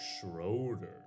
Schroeder